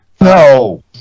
No